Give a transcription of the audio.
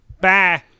Bye